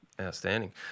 Outstanding